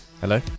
Hello